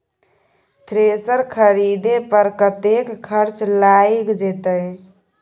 Thresher खरीदे पर कतेक खर्च लाईग जाईत?